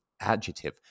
adjective